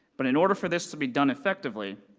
but in order for this to be done effectively,